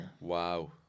Wow